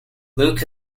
luke